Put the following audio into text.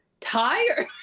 tired